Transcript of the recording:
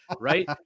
right